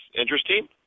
interesting